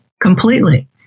completely